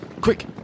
quick